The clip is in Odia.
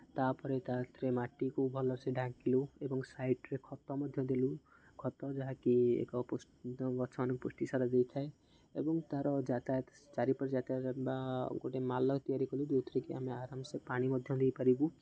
ତା'ପରେ ତା'ଦେହରେ ମାଟିକୁ ଭଲସେ ଢାଙ୍କିଲୁ ଏବଂ ସାଇଡ଼୍ରେ ଖତ ମଧ୍ୟ ଦେଲୁ ଖତ ଯାହାକି ଏକ ଗଛମାନଙ୍କୁ ପୁଷ୍ଟିସାର ଦେଇଥାଏ ଏବଂ ତା'ର ଯାତାୟାତ ଚାରିପଟ ଯାତାୟତ ବା ଗୋଟେ ମାଲ ତିଆରି କଲୁ ଯେଉଁଥିରେକିି ଆମେ ଆରାମସେ ପାଣି ମଧ୍ୟ ଦେଇପାରିବୁ